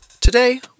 Today